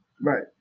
Right